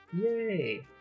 Yay